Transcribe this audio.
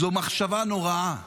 זו מחשבה נוראה,